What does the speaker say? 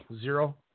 zero